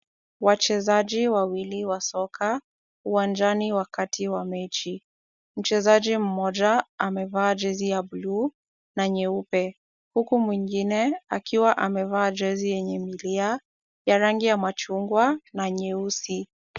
Wachezaji wawili wa soka uwanjani katika mechi. Mchezaji mmoja amevaa jezi ya buluu na nyeupe, huku mwingine akiwa amevaa jezi yenye milia ya rangi ya machungwa na nyeusi.